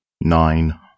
Nine